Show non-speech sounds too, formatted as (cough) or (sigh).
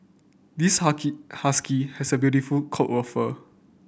this (unintelligible) husky has a beautiful coat of fur